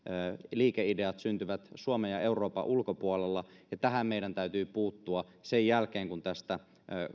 liikeideat syntyvät suomen ja euroopan ulkopuolella ja tähän meidän täytyy puuttua sen jälkeen kun tästä